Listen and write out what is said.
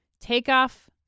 Takeoff